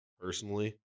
personally